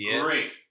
Great